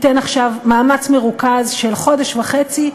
ייתן עכשיו מאמץ מרוכז של חודש וחצי,